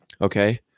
Okay